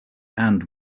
and